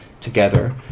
together